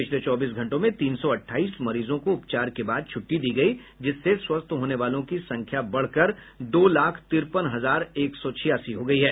पिछले चौबीस घंटों में तीन सौ अट्ठाईस मरीजों को उपचार के बाद छुट्टी दी गई जिससे स्वस्थ होने वालों की संख्या बढ़कर दो लाख तिरपन हजार एक सौ छियासी हो गई है